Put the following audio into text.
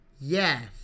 Yes